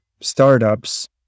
startups